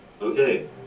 Okay